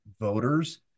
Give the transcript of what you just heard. voters